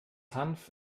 hanf